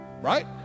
right